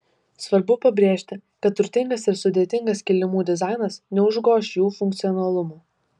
svarbu pabrėžti kad turtingas ir sudėtingas kilimų dizainas neužgoš jų funkcionalumo